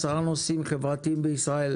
עשרה נושאים חברתיים בישראל,